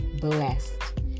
blessed